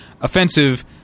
offensive